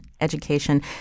Education